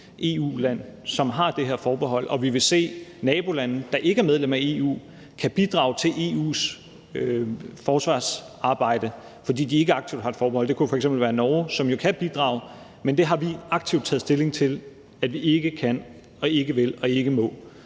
EU-land, som har det her forbehold, og vi vil se, at nabolande, der ikke er medlem af EU, kan bidrage til EU's forsvarsarbejde, fordi de ikke aktivt har et forbehold. Det kunne f.eks. være Norge, som jo kan bidrage, men det har vi aktivt taget stilling til at vi ikke kan, ikke vil og ikke må.